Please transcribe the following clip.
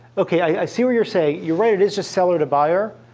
ok, i see what you're saying. you're right. it is just seller to buyer.